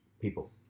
people